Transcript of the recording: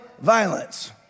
violence